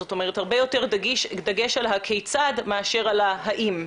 זאת אומרת, הרבה יותר דגש על הכיצד מאשר על האם.